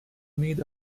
need